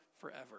forever